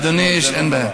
אין בעיה.